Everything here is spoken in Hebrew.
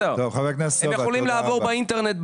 הם יכולים לעבור באינטרנט,